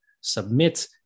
submit